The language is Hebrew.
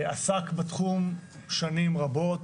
עסק בתחום שנים רבות.